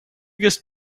biggest